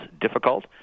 difficult